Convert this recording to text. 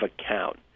account